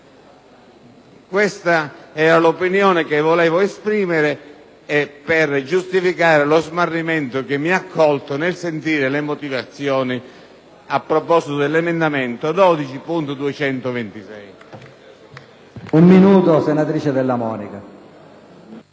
Questa era l'opinione che volevo esprimere per giustificare lo smarrimento che mi ha colto nel sentire le motivazioni a proposito dell'emendamento 12.226.